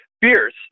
beers